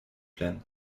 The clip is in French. pleine